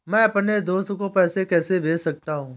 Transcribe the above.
मैं अपने दोस्त को पैसे कैसे भेज सकता हूँ?